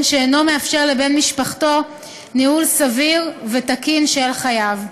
שאינו מאפשר לבן משפחתו ניהול סביר ותקין של חייו.